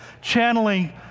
channeling